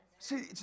See